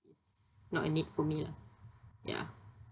not a need for me lah ya